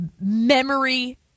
memory